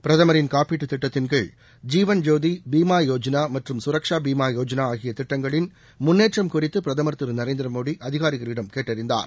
பிரதமரின் காப்பீட்டுத் திட்டத்தின்கீழ் ஜீவன்ஜோதி பீமா யோஜனா மற்றும் சுரக்ஷா பீமா யோஜனா ஆகிய திட்டங்களின் முன்னேற்றம் குறித்து பிரதமர் திரு நரேந்திரமோடி அதிகாரிகளிடம் கேட்டறிந்தார்